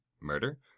murder